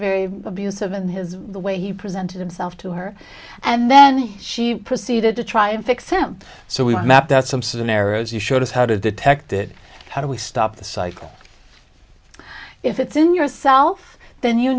very abusive and his way he presented himself to her and then she proceeded to try and fix him so we mapped out some scenarios he showed us how to detect it how do we stop the cycle if it's in yourself then you